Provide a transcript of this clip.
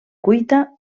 cuita